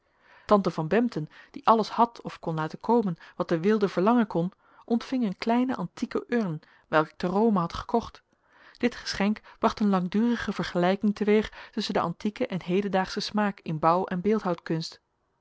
tante van bempden die alles had of kom laten komen wat de weelde verlangen kon ontving een kleine antieke urn welke ik te rome had gekocht dit geschenk bracht een langdurige vergelijking teweeg tusschen den antieken en hedendaagschen smaak in bouw en